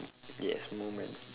yes moment